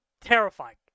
terrifying